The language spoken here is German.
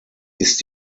ist